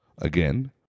again